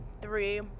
three